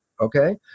Okay